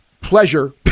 pleasure